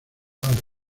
padre